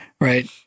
Right